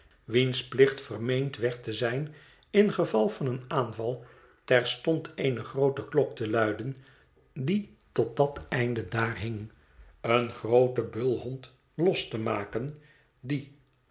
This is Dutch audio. wiens plicht vermeend werd te zijn ingeval van een aanval terstond eene groote klok te luiden die tot dat einde daar hing een grooten bulhond los te maken die